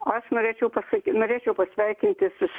aš norėčiau pasaky norėčiau pasveikinti su